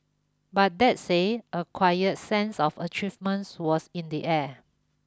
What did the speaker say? but that say a quiet sense of achievements was in the air